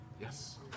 yes